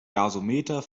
gasometer